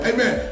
Amen